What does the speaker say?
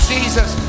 Jesus